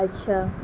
اچھا